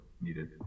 needed